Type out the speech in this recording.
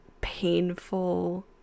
painful